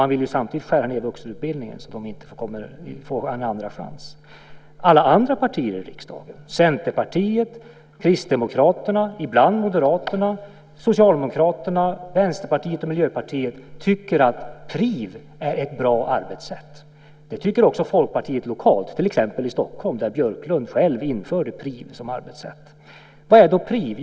Samtidigt vill man skära ned vuxenutbildningen, så att de inte får någon andra chans. Alla andra partier i riksdagen - Centerpartiet, Kristdemokraterna, Moderaterna ibland, Socialdemokraterna, Vänsterpartiet och Miljöpartiet - tycker att PRIV är ett bra arbetssätt. Det tycker också Folkpartiet lokalt, till exempel i Stockholm där Björklund själv införde PRIV som arbetssätt. Vad är då PRIV?